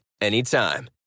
anytime